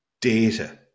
data